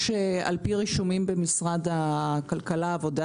על פי רישומים במשרד הכלכלה-עבודה,